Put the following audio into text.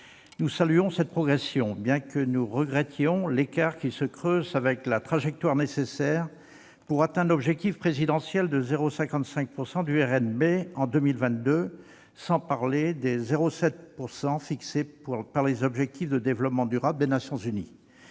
Nous saluons cette progression, bien que nous regrettions l'écart qui se creuse avec la trajectoire nécessaire pour atteindre l'objectif présidentiel de 0,55 % du RNB en 2022- sans parler des 0,7 % fixés dans le cadre des objectifs de développement durable des Nations unies.